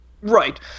Right